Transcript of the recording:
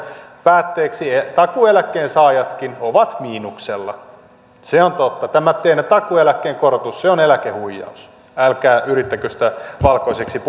päätteeksi takuueläkkeen saajatkin ovat miinuksella se on totta tämä teidän takuueläkkeen korotuksenne on eläkehuijaus älkää yrittäkö sitä valkoiseksi